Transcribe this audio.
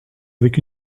avec